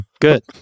good